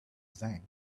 then